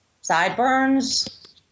sideburns